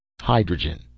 Hydrogen